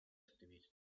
escribir